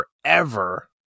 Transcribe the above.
forever